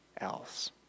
else